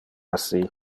assi